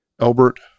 Albert